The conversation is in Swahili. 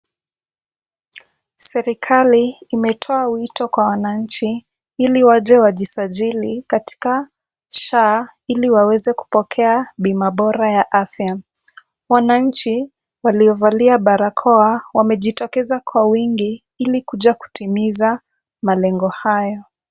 Serikali imetoa wito kwa wananchi ili waje wajisajili katika SHA ili waweze kupokea bima bora ya afya. Wananchi waliovalia barakoa wamejitokeza kwa wingi ili kuja kutimiza malengo haya.